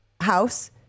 house